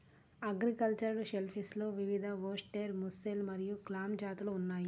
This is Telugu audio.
ఆక్వాకల్చర్డ్ షెల్ఫిష్లో వివిధఓస్టెర్, ముస్సెల్ మరియు క్లామ్ జాతులు ఉన్నాయి